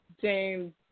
James